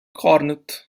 corinth